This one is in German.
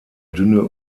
dünne